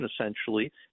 essentially